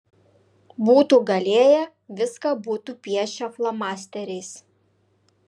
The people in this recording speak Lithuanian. būtų galėję viską būtų piešę flomasteriais